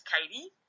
Katie